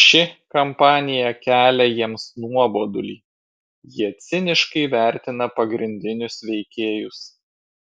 ši kampanija kelia jiems nuobodulį jie ciniškai vertina pagrindinius veikėjus